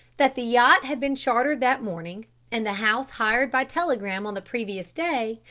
that the yacht had been chartered that morning and the house hired by telegram on the previous day,